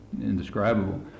indescribable